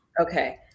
okay